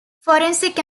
forensic